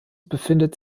befindet